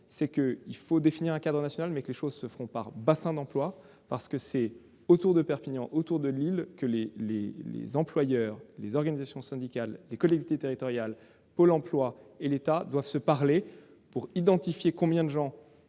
qu'il faut définir un cadre national, mais que les choses se feront par bassin d'emploi. C'est autour de Perpignan, de Lille, que les employeurs, les organisations syndicales, les collectivités territoriales, Pôle emploi et l'État doivent travailler pour identifier combien de